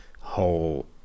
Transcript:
whole